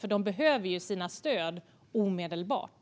Företagarna behöver nämligen sina stöd omedelbart.